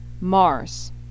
mars